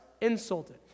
insulted